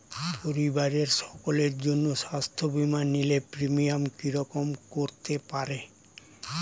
পরিবারের সকলের জন্য স্বাস্থ্য বীমা নিলে প্রিমিয়াম কি রকম করতে পারে?